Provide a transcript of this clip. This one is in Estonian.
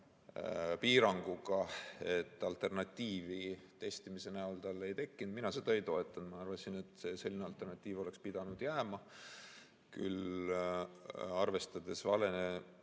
piiranguga, et alternatiivi testimise näol talle ei tekkinud, siis mina seda ei toetanud. Ma arvan, et selline alternatiiv oleks pidanud jääma – küll, arvestades